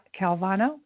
Calvano